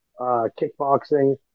kickboxing